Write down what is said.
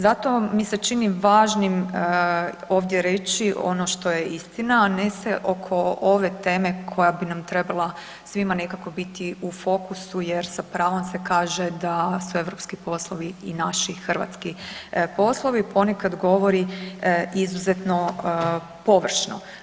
Zato mi se čini važnim ovdje reći ono što je istina, a ne se oko ove teme koja bi nam trebala svima nekako biti u fokusu jer sa pravom se kaže da su europski poslovi i naši hrvatski poslovi, ponekad govori izuzetno površno.